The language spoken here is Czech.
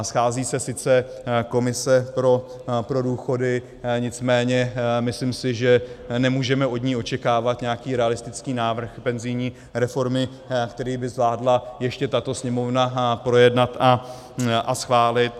Schází se sice komise pro důchody, nicméně myslím si, že nemůžeme od ní očekávat nějaký realistický návrh penzijní reformy, který by zvládla ještě tato Sněmovna projednat a schválit.